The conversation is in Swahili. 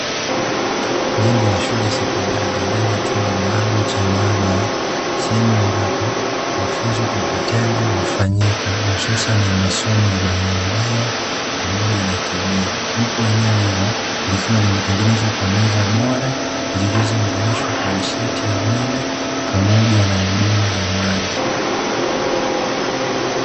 Jengo la shule ya sekondari ndani ya chumba maalumu cha maabara, sehemu ambapo mafunzo kwa vitendo hufanyika hususani ya masomo ya baiolojia pamoja na kemia. Huku eneo hilo likiwa limetengenezwa kwa meza bora zilizo unganishwa kwa nishati ya umeme pamoja na huduma ya maji.